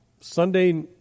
Sunday